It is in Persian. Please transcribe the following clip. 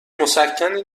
مسکنی